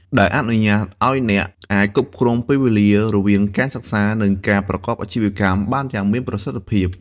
ដែលអនុញ្ញាតឲ្យអ្នកអាចគ្រប់គ្រងពេលវេលារវាងការសិក្សា និងការប្រកបអាជីវកម្មបានយ៉ាងមានប្រសិទ្ធភាព។